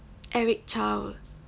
eric chou